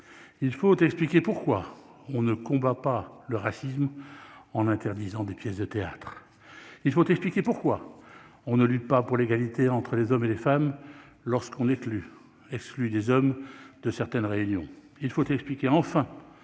il faut expliquer pourquoi on ne combat pas le racisme en interdisant des pièces de théâtre, il faut expliquer pourquoi on ne lutte pas pour l'égalité entre les hommes et les femmes lorsqu'on n'est plus exclu des hommes de certaines réunions, il faut expliquer enfin